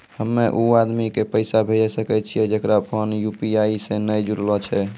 हम्मय उ आदमी के पैसा भेजै सकय छियै जेकरो फोन यु.पी.आई से नैय जूरलो छै?